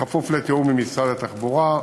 בכפוף לתיאום עם משרד התחבורה.